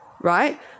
right